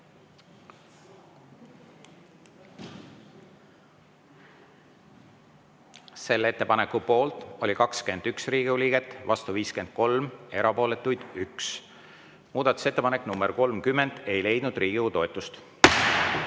Selle ettepaneku poolt oli 21 Riigikogu liiget, vastu 53, erapooletuid 1. Muudatusettepanek nr 30 ei leidnud Riigikogu